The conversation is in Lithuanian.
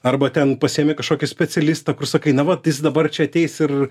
arba ten pasiėmi kažkokį specialistą kur sakai na va dabar čia ateis ir